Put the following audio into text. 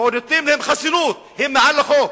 ועוד נותנים להם חסינות, הם מעל לחוק.